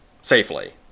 safely